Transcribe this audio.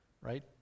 right